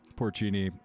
Porcini